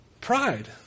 Pride